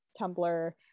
Tumblr